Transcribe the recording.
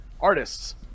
Artists